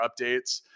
updates